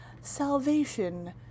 Salvation